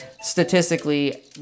Statistically